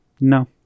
No